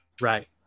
Right